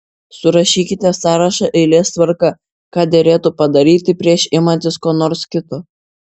surašykite sąrašą eilės tvarka ką derėtų padaryti prieš imantis ko nors kito